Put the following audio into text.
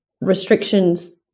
restrictions